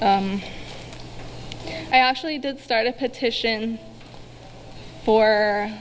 i actually did start a petition for